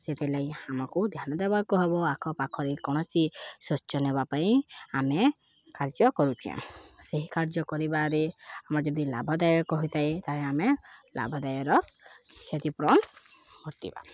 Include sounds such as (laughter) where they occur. ସେଥିଲାଗି ଆମକୁ ଧ୍ୟାନ ଦେବାକୁ ହବ ଆଖ ପାଖରେ କୌଣସି ସ୍ୱଚ୍ଛ ନେବା ପାଇଁ ଆମେ କାର୍ଯ୍ୟ କରୁଛେ ସେହି କାର୍ଯ୍ୟ କରିବାରେ ଆମର ଯଦି ଲାଭଦାୟକ ହୋଇଥାଏ ତାହେଲେ ଆମେ ଲାଭଦାୟର କ୍ଷତି ପୂରଣ (unintelligible)